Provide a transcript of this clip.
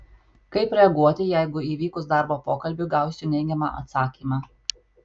kaip reaguoti jeigu įvykus darbo pokalbiui gausiu neigiamą atsakymą